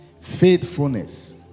faithfulness